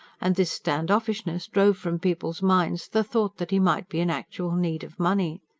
and this stand-offishness drove from people's minds the thought that he might be in actual need of money.